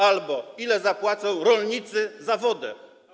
Albo: „Ile zapłacą rolnicy za wodę?